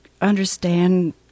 understand